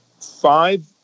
five